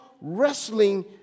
wrestling